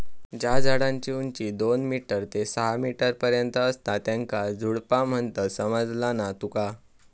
ज्या झाडांची उंची दोन मीटर ते सहा मीटर पर्यंत असता त्येंका झुडपा म्हणतत, समझला ना तुका?